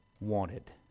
wanted